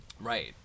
right